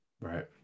right